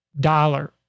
dollar